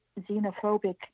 xenophobic